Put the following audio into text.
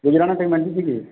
ଗୁଜୁରାଣ ମେଣ୍ଟୁଛି କି